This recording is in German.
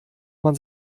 man